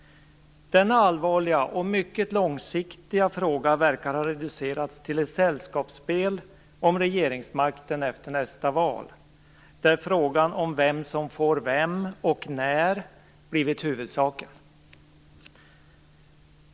Denna allvarliga och mycket långsiktiga fråga verkar ha reducerats till ett sällskapsspel om regeringsmakten efter nästa val där frågan om vem som får vem och när blivit huvudsaken.